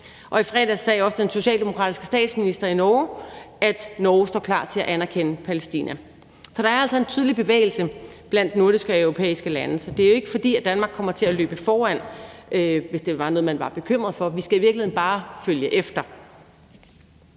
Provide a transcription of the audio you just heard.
og i fredags sagde også den socialdemokratiske statsminister i Norge, at Norge står klar til at anerkende Palæstina. Der er altså en tydelig bevægelse blandt nordiske og europæiske lande, så det er jo ikke, fordi Danmark kommer til at løbe foran, hvis det var noget, man var bekymret for; vi skal i virkeligheden bare følge efter.